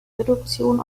reduktion